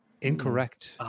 incorrect